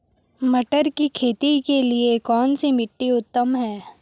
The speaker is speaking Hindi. मटर की खेती के लिए कौन सी मिट्टी उत्तम है?